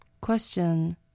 Question